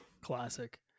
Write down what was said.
Classic